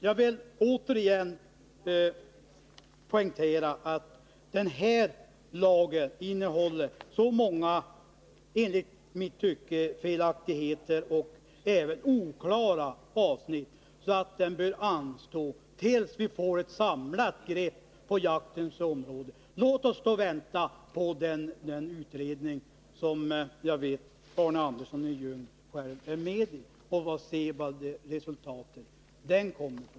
Jag vill återigen poängtera att lagen enligt min uppfattning innehåller så många felaktigheter och även oklara avsnitt att man bör vänta med den tills vi kan ta ett samlat grepp på jaktens område. Låt oss vänta på den utredning som jag vet att Arne Andersson i Ljung själv är med i och se vilket resultat den kommer med.